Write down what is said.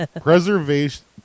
Preservation